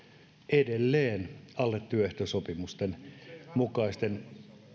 edelleen alle työehtosopimusten mukaisten